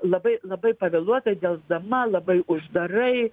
labai labai pavėluotai delsdama labai uždarai